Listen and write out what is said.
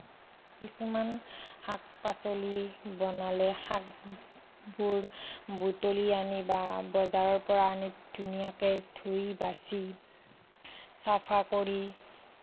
কিছুমান শাক পাচলি বনালে শাকবোৰ বুটলি আনি বা বজাৰৰ পৰা আনি ধুনীয়াকে ধুই বাচি চাফা কৰি